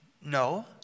No